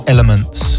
Elements